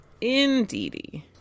Indeed